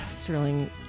Sterling